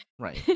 Right